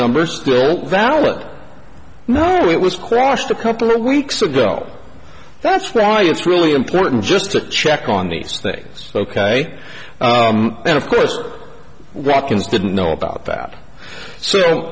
number still valid now it was crashed a couple of weeks ago that's why it's really important just to check on these things ok and of course raccoons didn't know about that so